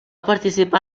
participar